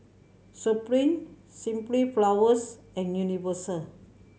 Supreme Simply Flowers and Universal